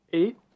eight